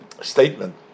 statement